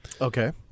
Okay